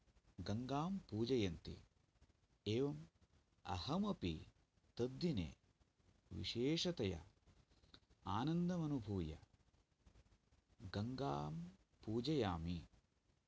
गङ्गां पूजयन्ति एवं अहमपि तत् दिने विशेषतया आनन्दम् अनुभूय गङ्गां पूजयामि